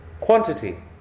Quantity